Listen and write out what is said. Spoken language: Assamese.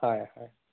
হয় হয়